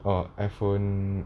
or iphone